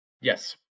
Yes